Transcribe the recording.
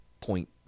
point